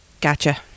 Gotcha